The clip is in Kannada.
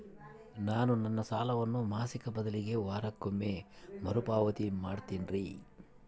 ನಾನು ನನ್ನ ಸಾಲವನ್ನು ಮಾಸಿಕ ಬದಲಿಗೆ ವಾರಕ್ಕೊಮ್ಮೆ ಮರುಪಾವತಿ ಮಾಡ್ತಿನ್ರಿ